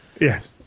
Yes